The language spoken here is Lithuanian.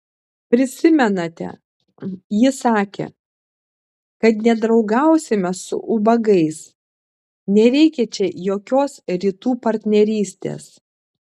prisimenate ji sakė kad nedraugausime su ubagais nereikia čia jokios rytų partnerystės